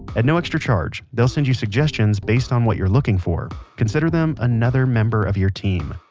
at no extra charge they'll send you suggestions based on what you're looking for. consider them another member of your team.